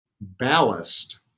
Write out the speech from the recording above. ballast